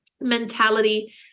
mentality